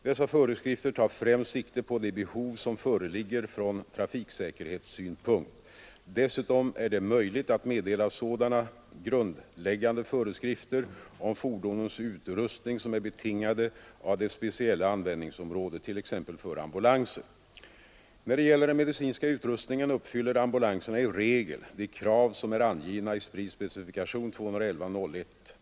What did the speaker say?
Dessa föreskrifter tar främst sikte på de behov som föreligger från trafiksäkerhetssynpunkt. Dessutom är det möjligt att meddela sådana grundläggande föreskrifter om fordonens utrustning som är betingade av det speciella användningsområdet, t.ex. för ambulanser. När det gäller den medicinska utrustningen uppfyller ambulanserna i regel de krav som är angivna i SPRI:s specifikation 211 01.